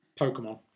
Pokemon